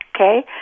okay